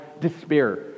despair